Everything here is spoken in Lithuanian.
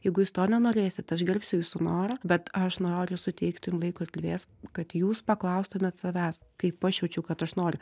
jeigu jūs to nenorėsit aš gerbsiu jūsų norą bet aš noriu suteikti jum laiko erdvės kad jūs paklaustumėt savęs kaip aš jaučiu kad aš noriu